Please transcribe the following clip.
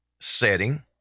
setting